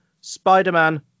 Spider-Man